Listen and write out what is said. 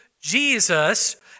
Jesus